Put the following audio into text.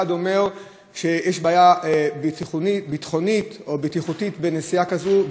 אחד אומר שיש בעיה ביטחונית או בטיחותית בנסיעה כזאת,